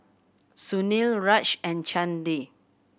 Sunil Raj and Chandi